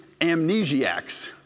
amnesiacs